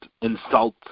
insult